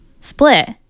split